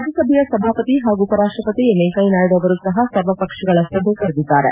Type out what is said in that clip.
ರಾಜ್ಯಸಭೆಯ ಸಭಾಪತಿ ಹಾಗೂ ಉಪರಾಷ್ಟಪತಿ ಎಂ ವೆಂಕಯ್ಯನಾಯ್ಡ ಅವರೂ ಸಹ ಸರ್ವಪಕ್ಷಗಳ ಸಭೆ ಕರೆದಿದ್ದಾರೆ